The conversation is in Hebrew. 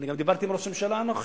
אני גם דיברתי עם ראש הממשלה הנוכחי,